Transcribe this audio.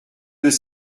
deux